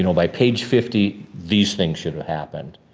you know by page fifty, these things should have happened.